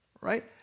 Right